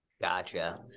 gotcha